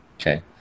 okay